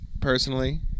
personally